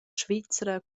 svizra